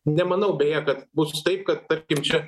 nemanau beje kad bus taip kad tarkim čia